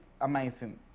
amazing